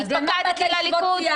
אבל עכשיו היא כולנו.